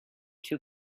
two